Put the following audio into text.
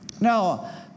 Now